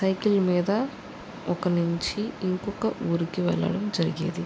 cycle మీద ఒక నుంచి ఇంకొక ఊరికి వెళ్ళడం జరిగేది